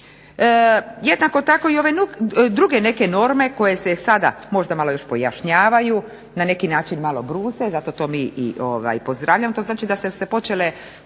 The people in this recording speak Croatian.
Jednako tako i ove druge neke norme koje se sada možda malo još pojašnjavaju, na neki način malo bruse, zato to mi i pozdravljamo.